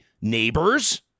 neighbors